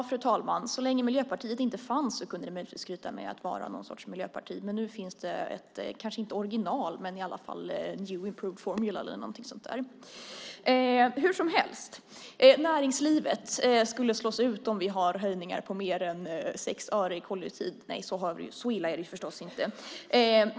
Fru talman! Så länge Miljöpartiet inte fanns kunde Centerpartiet möjligtvis skryta med att vara någon sorts miljöparti, men nu finns det ett, kanske inte original, men i alla fall new improved formula eller någonting sådant. Hur som helst! Näringslivet skulle slås ut om vi har höjningar på mer än 6 öre i koldioxidskatt. Nej, så illa är det förstås inte.